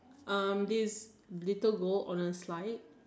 um this little boy on the slide